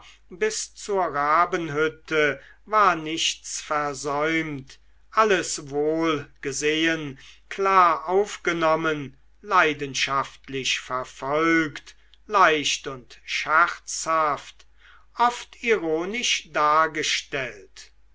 bis zur rabenhütte war nichts versäumt alles wohl gesehen klar aufgenommen leidenschaftlich verfolgt leicht und scherzhaft oft ironisch dargestellt